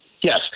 Yes